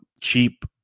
cheap